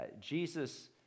Jesus